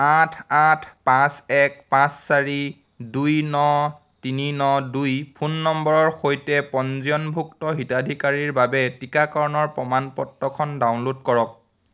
আঠ আঠ পাঁচ এক পাঁচ চাৰি দুই ন তিনি ন দুই ফোন নম্বৰৰ সৈতে পঞ্জীয়নভুক্ত হিতাধিকাৰীৰ বাবে টিকাকৰণৰ প্ৰমাণ পত্ৰখন ডাউনল'ড কৰক